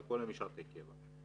על כל משרתי הקבע.